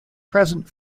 present